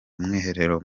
umwiherero